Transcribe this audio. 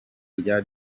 rya